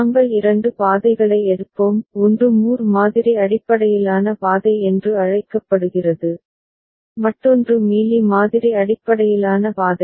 நாங்கள் இரண்டு பாதைகளை எடுப்போம் ஒன்று மூர் மாதிரி அடிப்படையிலான பாதை என்று அழைக்கப்படுகிறது மற்றொன்று மீலி மாதிரி அடிப்படையிலான பாதை